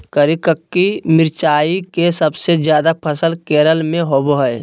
करिककी मिरचाई के सबसे ज्यादा फसल केरल में होबो हइ